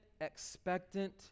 expectant